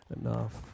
enough